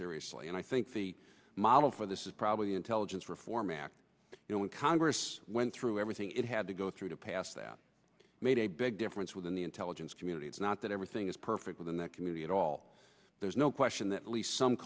seriously and i think the model for this is probably the intelligence reform act you know when congress went through everything it had to go through to pass that made a big difference within the intelligence community it's not that everything is perfect within the community at all there's no question that least some